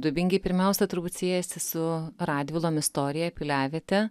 dubingiai pirmiausia turbūt siejasi su radvilom istorija piliaviete